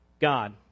God